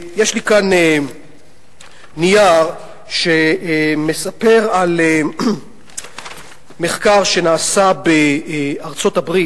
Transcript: יש לי כאן נייר שמספר על מחקר שנעשה בארצות-הברית,